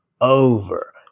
over